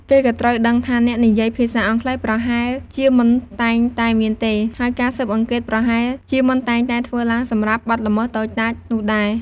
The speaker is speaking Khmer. គេក៏ត្រូវដឹងថាអ្នកនិយាយភាសាអង់គ្លេសប្រហែលជាមិនតែងតែមានទេ ហើយការស៊ើបអង្កេតប្រហែលជាមិនតែងតែធ្វើឡើងសម្រាប់បទល្មើសតូចតាចនោះដែរ។